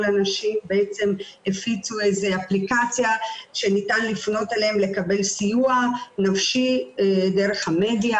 הפיצו אפליקציה שניתן לפנות אליהם לקבל סיוע נפשי דרך המדיה.